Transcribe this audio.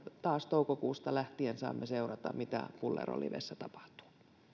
taas toukokuusta lähtien saamme seurata mitä pullervo livessä tapahtuu